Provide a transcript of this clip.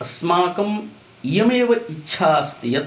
अस्माकम् इयमेव इच्छा अस्ति यत्